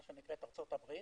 ארצות הברית,